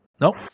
nope